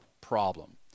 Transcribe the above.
problem